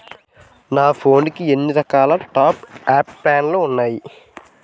నా ఫోన్ కి ఎన్ని రకాల టాప్ అప్ ప్లాన్లు ఉన్నాయి?